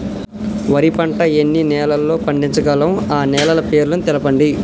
వరి పంట ఎన్ని నెలల్లో పండించగలం ఆ నెలల పేర్లను తెలుపండి?